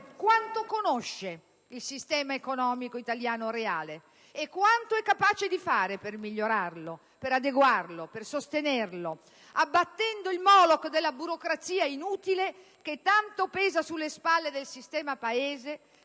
quanto conosce il sistema economico italiano reale e quanto è capace di fare per migliorarlo, per adeguarlo, per sostenerlo, abbattendo il *moloch* della burocrazia inutile, che tanto pesa sulle spalle del sistema Paese,